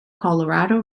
colorado